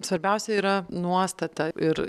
svarbiausia yra nuostata ir